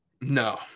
No